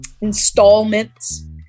installments